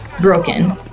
broken